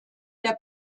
der